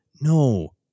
no